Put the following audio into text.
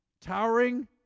towering